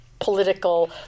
political